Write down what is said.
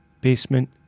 basement